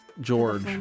George